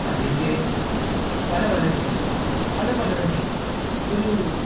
അല്ലെങ്കിൽ പല പല രീതിയിലും അതേപോലെ തന്നെ ഒരു